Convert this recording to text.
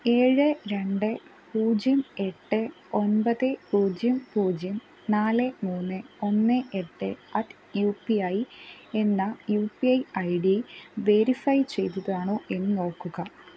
ഏഴേ രണ്ടേ പൂജ്യം എട്ടേ ഒമ്പതേ പൂജ്യം പൂജ്യം നാലേ മൂന്നേ ഒന്നേ എട്ടേ അറ്റ് യു പി ഐ എന്ന U P I I D verify ചെയ്തതാണോ എന്ന് നോക്കുക